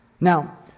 Now